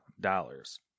dollars